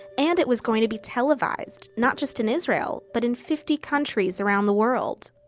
and it was going to be televised not just in israel, but in fifty countries around the world.